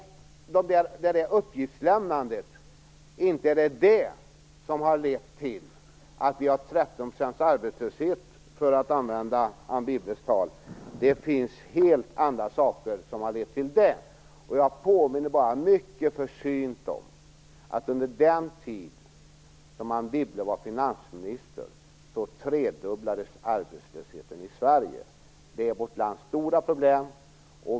Inte är det uppgiftslämnandet som har lett till att vi har en arbetslöshet på 13 %, för att använda Anne Wibbles siffror. Det är helt andra saker som har lett till det. Jag påminner bara mycket försynt om att under den tid som Anne Wibble var finansminister tredubblades arbetslösheten i Sverige. Det är vårt lands stora problem.